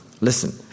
Listen